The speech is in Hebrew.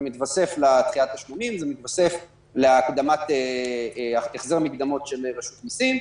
ומתווסף לדחיית תשלומים ומתווסף להחזר מקדמות של רשות המסים.